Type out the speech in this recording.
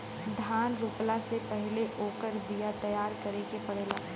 धान रोपला से पहिले ओकर बिया तैयार करे के पड़ेला